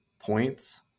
points